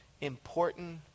important